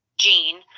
gene